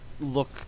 look